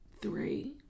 three